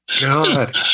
God